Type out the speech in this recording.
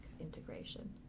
integration